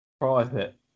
private